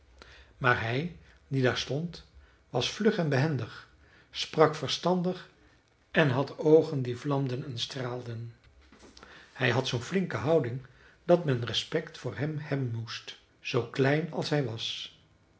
maar hij die daar stond was vlug en behendig sprak verstandig en had oogen die vlamden en straalden hij had zoo'n flinke houding dat men respect voor hem hebben moest zoo klein als hij was